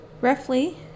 Roughly